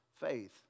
faith